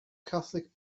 catholic